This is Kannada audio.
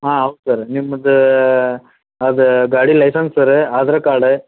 ಹಾಂ ಹೌದು ಸರ ನಿಮ್ದು ಅದು ಗಾಡಿ ಲೈಸೆನ್ಸ್ ಸರ ಆಧಾರ್ ಕಾರ್ಡ